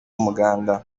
muganda